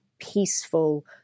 peaceful